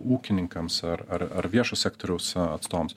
ūkininkams ar ar ar viešo sektoriaus atstovams